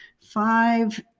five